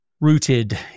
rooted